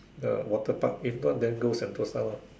the water Park if not then go Sentosa lah